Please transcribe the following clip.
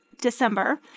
December